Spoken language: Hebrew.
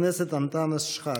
חבר הכנסת אנטאנס שחאדה.